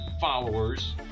followers